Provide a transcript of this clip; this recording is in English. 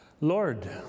Lord